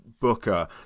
booker